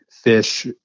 fish